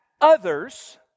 others